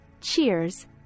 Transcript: Cheers